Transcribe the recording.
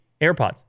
AirPods